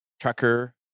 trucker